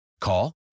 Call